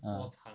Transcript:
ah